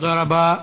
תודה רבה.